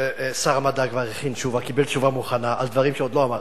שר המדע כבר קיבל תשובה מוכנה על דברים שעוד לא אמרתי,